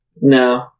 No